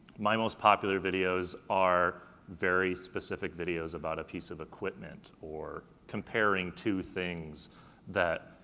my most popular videos are very specific videos about a piece of equipment or comparing two things that,